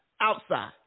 outside